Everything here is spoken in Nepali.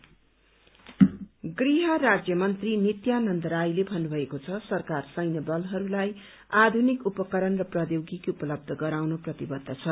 बीएसएफ राइजिंग डे गृहमन्त्री नित्यानन्द रायले भन्नुभएको छ सरकार सैन्य बलहरूलाई आधुनिक उपकरण र प्रौद्योगिकी उपलब्ध गराउन प्रतिबद्ध छ